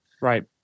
Right